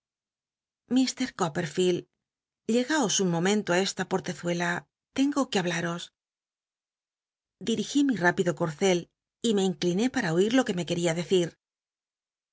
opperfield llegaos un momento á e la portezuela tengo que hablaros dirigí mi rápido corcel y me incliné para oir lo que me queria decir